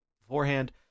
beforehand